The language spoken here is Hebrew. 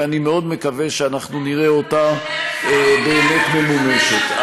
ואני מאוד מקווה שאנחנו נראה אותה באמת ממומשת.